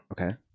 Okay